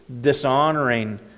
dishonoring